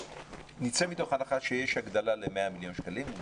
נצא מתוך הנחה שיש הגדלה ל-100 מיליון שקלים.